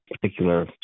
particular